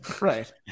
right